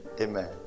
Amen